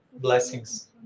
blessings